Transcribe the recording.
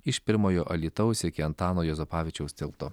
iš pirmojo alytaus iki antano juozapavičiaus tilto